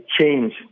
change